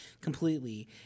completely